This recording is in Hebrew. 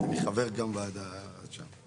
אני חבר גם ועדה שם.